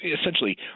essentially